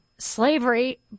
slavery